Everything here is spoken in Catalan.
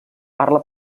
parla